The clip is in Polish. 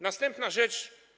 Następna rzecz.